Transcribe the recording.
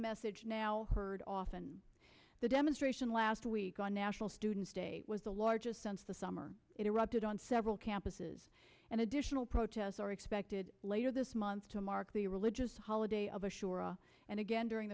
message now heard often the demonstration last week on national students day was the largest since the summer it erupted on several campuses and additional protests are expected later this month to mark the religious holiday of assura and again during